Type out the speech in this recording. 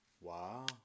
Wow